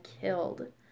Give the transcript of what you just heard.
killed